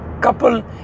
couple